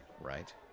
Right